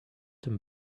them